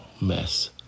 mess